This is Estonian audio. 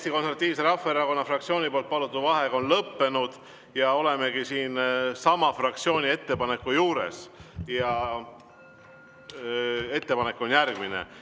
Eesti Konservatiivse Rahvaerakonna fraktsiooni palutud vaheaeg on lõppenud ja olemegi sama fraktsiooni ettepaneku juures. Ettepanek on järgmine: